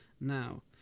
now